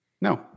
No